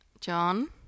John